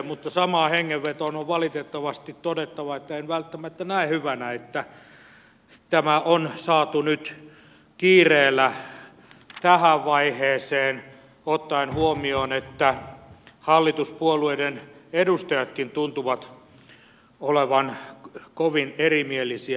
mutta samaan hengenvetoon on valitettavasti todettava että en välttämättä näe hyvänä että tämä on saatu nyt kiireellä tähän vaiheeseen ottaen huomioon että hallituspuolueidenkin edustajat tuntuvat olevan kovin erimielisiä